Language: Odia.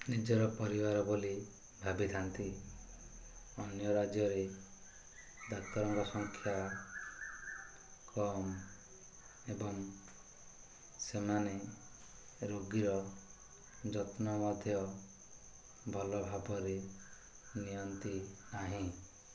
ନିଜର ପରିବାର ବୋଲି ଭାବିଥାନ୍ତି ଅନ୍ୟ ରାଜ୍ୟରେ ଡ଼ାକ୍ତରଙ୍କ ସଂଖ୍ୟା କମ୍ ଏବଂ ସେମାନେ ରୋଗୀର ଯତ୍ନ ମଧ୍ୟ ଭଲ ଭାବରେ ନିଅନ୍ତି ନାହିଁ